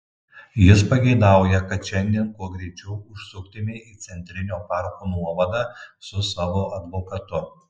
jis pageidauja kad šiandien kuo greičiau užsuktumei į centrinio parko nuovadą su savo advokatu